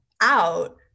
out